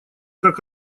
как